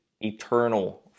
eternal